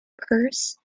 purse